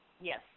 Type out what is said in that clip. Yes